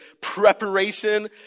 preparation